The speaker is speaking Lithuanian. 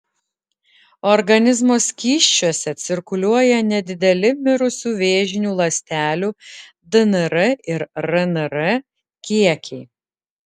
organizmo skysčiuose cirkuliuoja nedideli mirusių vėžinių ląstelių dnr ir rnr kiekiai